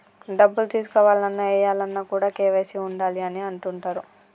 డబ్బులు తీసుకోవాలన్న, ఏయాలన్న కూడా కేవైసీ ఉండాలి అని అంటుంటరు